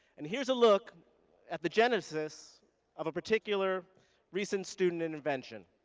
and here's a look at the genesis of a particular recent student intervention.